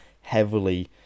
heavily